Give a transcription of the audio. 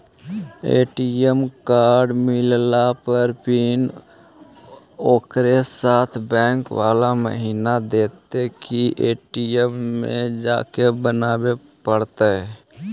ATM card मिलला पर PIN ओकरे साथे बैक बाला महिना देतै कि ए.टी.एम में जाके बना बे पड़तै?